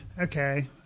Okay